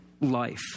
life